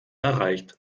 erreicht